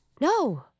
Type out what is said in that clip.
No